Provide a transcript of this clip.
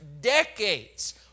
decades